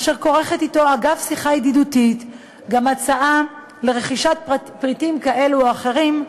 אשר כורכת אתה אגב שיחה ידידותית גם הצעה לרכישת פריטים כאלו או אחרים,